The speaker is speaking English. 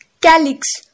Calyx